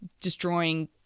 destroying